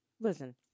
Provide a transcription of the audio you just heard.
Listen